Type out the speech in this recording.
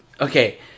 Okay